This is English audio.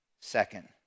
second